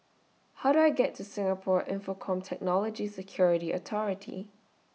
How Do I get to Singapore Infocomm Technology Security Authority